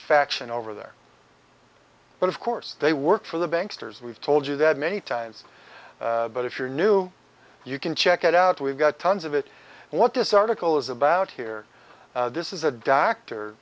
faction over there but of course they work for the bankers we've told you that many times but if you're new you can check it out we've got tons of it what this article is about here this is a doctor